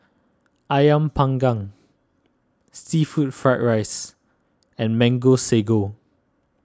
Ayam Panggang Seafood Fried Rice and Mango Sago